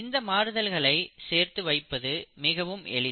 இந்த மாறுதல்களை சேர்த்து வைப்பது மிகவும் எளிது